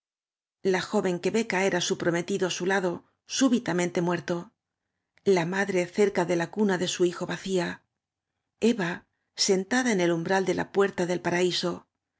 la joven que ve caer á su prometido á su lado súbita mente muerto la madre cer ca de la cuna de su hijo vacía eva sentada en el umbral de la puerta del parauso